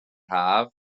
haf